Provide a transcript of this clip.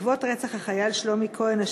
היחס לממשלת לבנון בעקבות רצח החייל שלומי כהן,